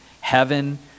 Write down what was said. heaven